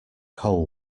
coal